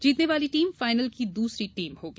जीतने वाली team final की दूसरी टीम होगी